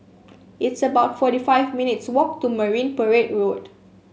it's about forty five minutes' walk to Marine Parade Road